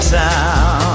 town